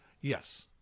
Yes